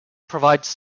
provides